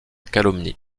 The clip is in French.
calomnie